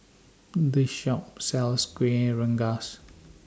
This Shop sells Kueh Rengas